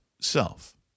self